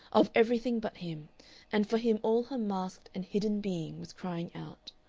of everything but him and for him all her masked and hidden being was crying out.